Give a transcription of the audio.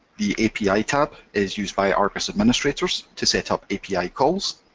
the api tab is used by argos administrators to set up api calls,